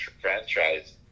franchise